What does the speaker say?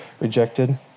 rejected